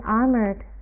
armored